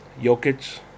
Jokic